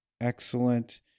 excellent